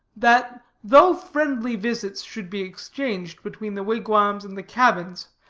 that though friendly visits should be exchanged between the wigwams and the cabins,